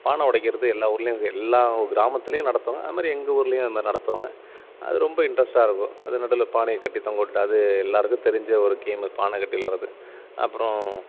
பானை உடைகிறது எல்லா ஊர்லேயும் இது எல்லா ஊர் கிராமத்திலையும் நடத்துவாங்க அதுமாதிரி எங்கள் ஊர்லேயும் அதுமாதிரி நடத்துவாங்க அது ரொம்ப இன்ட்ரஸ்ட்டாக இருக்கும் அது நடுவில் பானையை கட்டி தொங்கவிட்டுட்டு அது எல்லோருக்கும் தெரிஞ்ச ஒரு கேம் பானை கட்டி விளாட்றது அப்பறம்